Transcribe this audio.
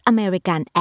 American